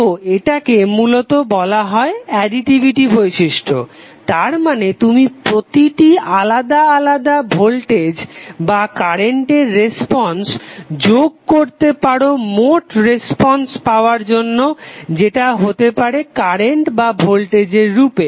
তো এটাকে মূলত বলা হয় অ্যাডিটিভিটি বৈশিষ্ট্য তার মানে তুমি প্রতিটি আলাদা আলাদা ভোল্টেজ বা কারেন্টের রেসপন্স যোগ করতে পারো মোট রেসপন্স পাবার জন্য যেটা হতে পারে কারেন্ট বা ভোল্টেজের রূপে